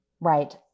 Right